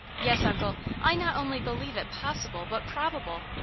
yes, uncle. i not only believe it possible, but probable.